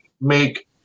make